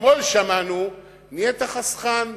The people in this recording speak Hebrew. אתמול שמענו שנהיית חסכן.